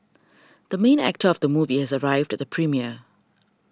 the main actor of the movie has arrived at the premiere